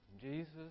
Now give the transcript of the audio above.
Jesus